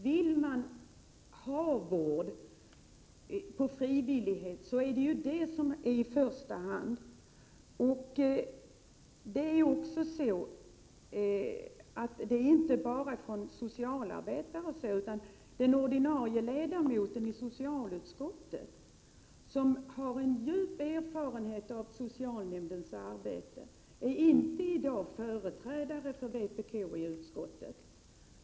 Om man vill ha vård frivilligt, är det vad som gäller i första hand. Det är inte bara socialarbetare som har denna uppfattning. Den ordinarie vpk-ledamoten i socialutskottet, som har en djup erfarenhet av socialnämndens arbete, är i dag inte den som är vpk:s företrädare för utskottet.